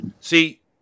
See